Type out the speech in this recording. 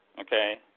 Okay